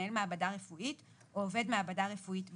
מנהל מעבדה רפואית או עובד מעבדה רפואית בכיר.